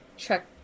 check